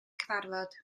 cyfarfod